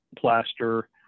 plaster